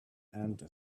and